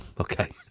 Okay